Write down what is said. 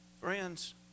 Friends